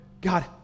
God